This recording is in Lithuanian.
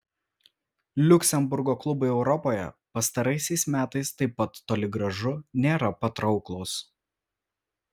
liuksemburgo klubai europoje pastaraisiais metais taip pat toli gražu nėra patrauklūs